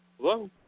Hello